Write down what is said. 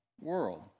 world